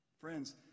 friends